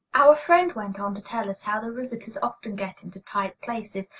our friend went on to tell us how the riveters often get into tight places,